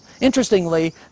Interestingly